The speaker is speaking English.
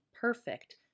perfect